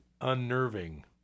unnerving